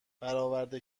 برآورده